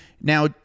Now